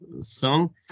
song